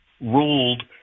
ruled